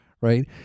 Right